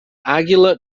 àguila